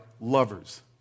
lovers